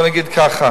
שעברה כאן בזמנו.